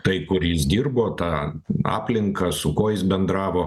tai kur jis dirbo tą aplinką su kuo jis bendravo